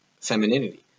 femininity